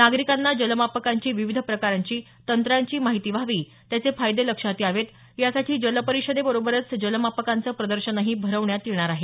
नागरिकांना जलमापकांची विविध प्रकारांची तंत्रांची माहिती व्हावी त्याचे फायदे लक्षात यावेत यासाठी जलपरिषदेबरोबरच जलमापकांचं प्रदर्शनही भरण्यात येणार आहे